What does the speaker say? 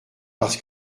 parce